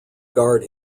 guard